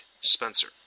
Spencer